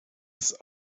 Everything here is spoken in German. ist